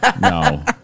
no